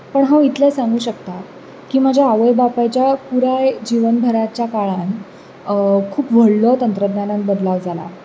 पूण हांव इतलें सांगूंक शकता की म्हज्या आवय बापायच्या पुराय जिवन भराच्या काळांत खूब व्हडलो तंत्रज्ञानांत बदलाव जाला